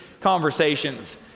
conversations